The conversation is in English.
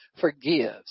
forgives